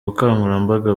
bukangurambaga